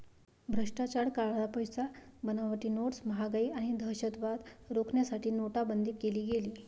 भ्रष्टाचार, काळा पैसा, बनावटी नोट्स, महागाई आणि दहशतवाद रोखण्यासाठी नोटाबंदी केली गेली